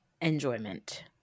enjoyment